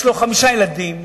יש לו חמישה ילדים,